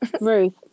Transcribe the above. Ruth